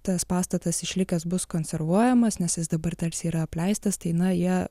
tas pastatas išlikęs bus konservuojamas nes jis dabar tarsi yra apleistas tai na jie